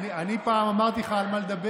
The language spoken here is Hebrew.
אני פעם אמרתי לך על מה לדבר?